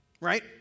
Right